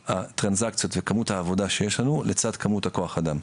הטרנזקציות וכמות העבודה שיש לנו לצד כמות כוח האדם.